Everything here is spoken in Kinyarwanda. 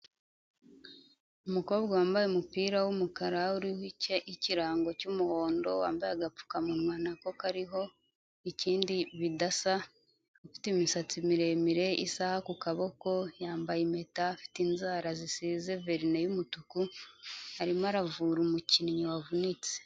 Umukobwa wambaye umupira w'umukara uriho ikirango cy'umuhondo, wambaye agapfukamunwa nako kariho ikindi bidasa, ufite imisatsi miremire, isaha ku kaboko, yambaye impeta, afite inzara zisize verine y'umutuku arimo aravura umukinnyi wavunitse.